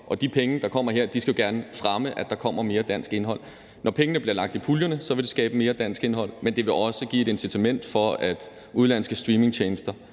og de penge, der kommer her, skal gerne fremme, at der kommer mere dansk indhold. Når pengene bliver lagt i puljerne, vil det skabe mere dansk indhold, men det vil også give et incitament til, at udenlandske streamingtjenester